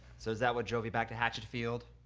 so is that what drove you back to hatchetfield?